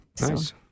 Nice